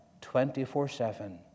24-7